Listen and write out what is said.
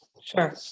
Sure